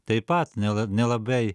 taip pat nela nelabai